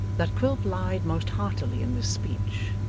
that quilp lied most heartily in this speech,